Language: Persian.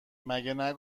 نمی